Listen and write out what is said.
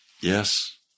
Yes